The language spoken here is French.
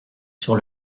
sur